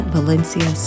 Valencia